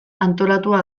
antolatua